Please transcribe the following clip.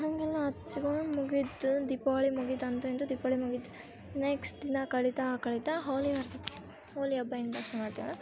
ಹಾಗೆಲ್ಲ ಹಚ್ಕೊಂಡು ಮುಗೀತು ದೀಪಾವಳಿ ಮುಗಿತು ಅಂತೂ ಇಂತೂ ದೀಪಾವಳಿ ಮುಗಿತು ನೆಕ್ಸ್ಟ್ ದಿನ ಕಳೀತಾ ಕಳೀತಾ ಹೋಳಿ ಬರ್ತೈತಿ ಹೋಳಿ ಹಬ್ಬ ಹೆಂಗ್ ಮಾಡ್ತಿವಂದ್ರೆ